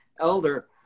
Elder